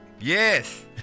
Yes